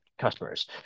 customers